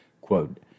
Quote